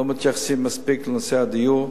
לא מתייחסים מספיק לנושא הדיור,